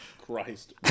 Christ